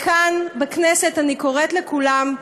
כאן בכנסת אני קוראת לכולם,